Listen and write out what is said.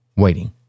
waiting